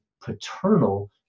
paternal